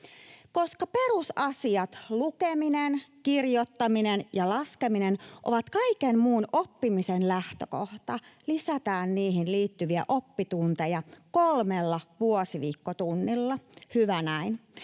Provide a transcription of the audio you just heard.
Koska perusasiat, lukeminen, kirjoittaminen ja laskeminen, ovat kaiken muun oppimisen lähtökohta, lisätään niihin liittyviä oppitunteja kolmella vuosiviikkotunnilla, hyvä näin.